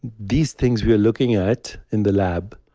these things we are looking at in the lab,